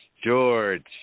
George